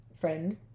friend